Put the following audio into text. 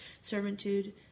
servitude